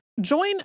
Join